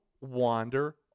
wander